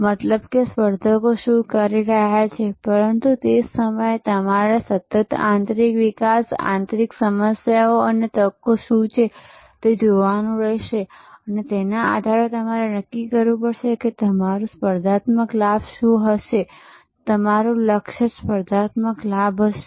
મતલબ કે સ્પર્ધકો શું કરી રહ્યા છે પરંતુ તે જ સમયે તમારે સતત આંતરિક વિકાસ આંતરિક સમસ્યાઓ અને તકો શું છે તે જોવાનું રહેશે અને તેના આધારે તમારે નક્કી કરવું પડશે કે તમારો સ્પર્ધાત્મક લાભ શું હશે તમારું લક્ષ્ય જ સ્પર્ધાત્મક લાભ હશે